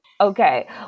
Okay